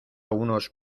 unos